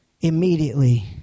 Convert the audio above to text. Immediately